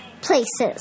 places